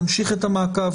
נמשיך את המעקב.